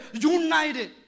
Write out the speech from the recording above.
united